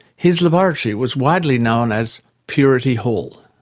his laboratory was widely known as purity hall.